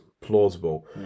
plausible